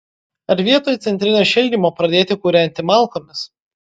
ar vietoj centrinio šildymo pradėti kūrenti malkomis